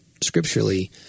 scripturally